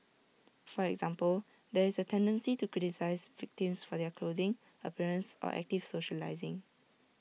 for example there is A tendency to criticise victims for their clothing appearance or active socialising